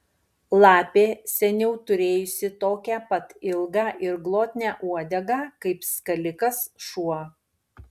lapė seniau turėjusi tokią pat ilgą ir glotnią uodegą kaip skalikas šuo